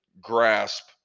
grasp